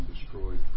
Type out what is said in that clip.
destroyed